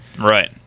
Right